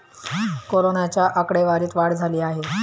कोरोनाच्या आकडेवारीत वाढ झाली आहे